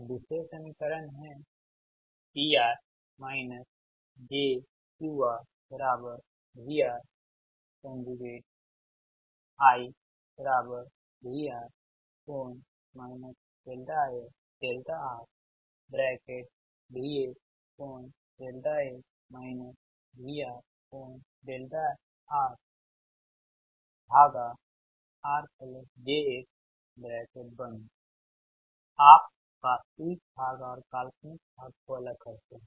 एक दूसरे समीकरण है PR jQRVR IVR∠ RVS∠S VR∠Rr j x आप वास्तविक भाग और काल्पनिक भाग को अलग करते हैं